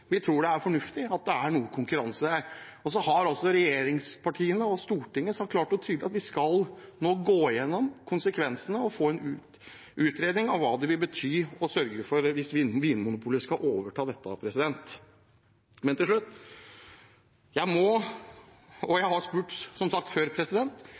vi tror det er fornuftig at det er noe konkurranse her. Regjeringspartiene – og Stortinget – har sagt klart og tydelig at man skal gå igjennom konsekvensene og få en utredning av hva det vil bety hvis Vinmonopolet skal overta dette. Til slutt: Jeg har som sagt spurt før,